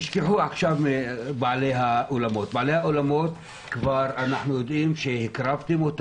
תשכחו עכשיו מבעלי האולמות אנחנו יודעים שכבר הקרבתם את